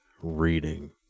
Reading